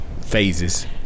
phases